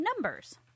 numbers